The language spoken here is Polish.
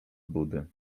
budy